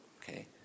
okay